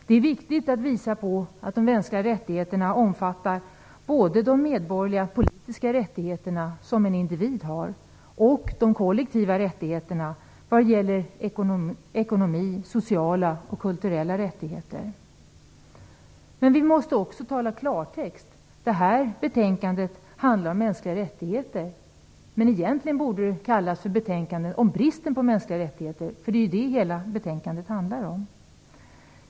Det är viktigt att visa att de mänskliga rättigheterna omfattar både de medborgerliga politiska rättigheter som en individ har och de kollektiva rättigheterna när det gäller ekonomi samt sociala och kulturella rättigheter. Men vi måste också tala klartext. Betänkandet handlar om mänskliga rättigheter, men det borde egentligen handla om bristen på mänskliga rättigheter. Det är ju det som det rör sig om.